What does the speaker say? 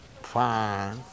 Fine